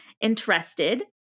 interested